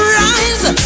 rise